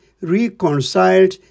reconciled